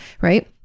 right